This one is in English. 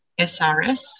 SRS